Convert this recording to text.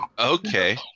Okay